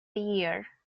year